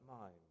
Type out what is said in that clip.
mind